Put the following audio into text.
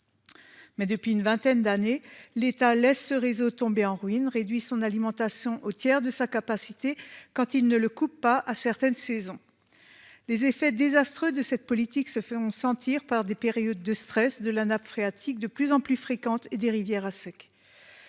Mais depuis une vingtaine d'années, l'État laisse ce réseau tomber en ruine réduit son alimentation au tiers de sa capacité quand ils ne le coupe pas à certaines saisons. Les effets désastreux de cette politique se feront sentir par des périodes de stress de la nappe phréatique de plus en plus fréquentes et des rivières à sec.